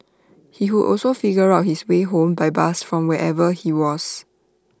he would also figure out his way home by bus from wherever he was